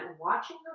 watching